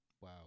Wow